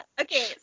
Okay